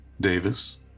Davis